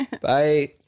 Bye